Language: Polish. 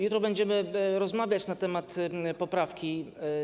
Jutro będziemy rozmawiać na temat poprawki.